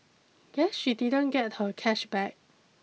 guess she didn't get her cash back